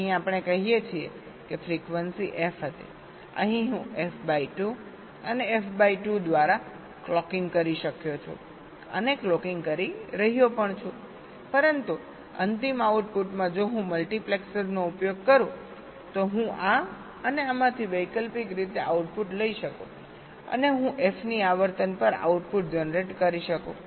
અહીં આપણે કહીએ કે ફ્રીક્વન્સી f હતી અહીં હું f બાય 2 અને f બાય 2 દ્વારા ક્લોકિંગ કરી રહ્યો છું પરંતુ અંતિમ આઉટપુટમાં જો હું મલ્ટિપ્લેક્સરનો ઉપયોગ કરું તો હું આ અને આમાંથી વૈકલ્પિક રીતે આઉટપુટ લઈ શકું અને હું f ની આવર્તન પર આઉટપુટ જનરેટ કરી શકું